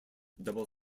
double